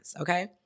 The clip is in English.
Okay